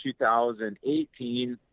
2018